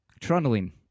Trundling